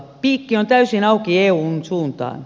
piikki on täysin auki eun suuntaan